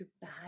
bad